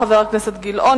חבר הכנסת גילאון,